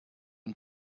und